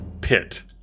pit